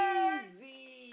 easy